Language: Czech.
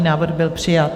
Návrh byl přijat.